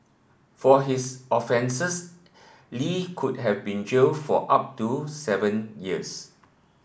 for his offences Li could have been jailed for up to seven years